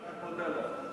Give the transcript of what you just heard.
אני רק מודה לו.